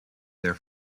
their